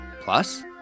Plus